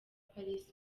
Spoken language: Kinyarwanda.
paris